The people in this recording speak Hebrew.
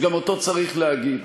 שר שמפריע, רבותי,